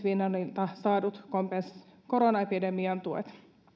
finlandilta saadut koronaepidemian tuet